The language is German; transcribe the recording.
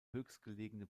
höchstgelegene